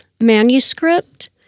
manuscript